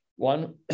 One